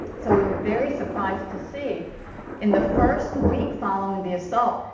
so we were very surprised to see in the first week following the assault,